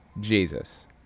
Jesus